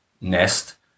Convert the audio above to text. nest